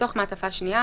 לתוך מעטפה שנייה,